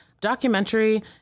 documentary